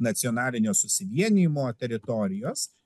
nacionalinio susivienijimo teritorijos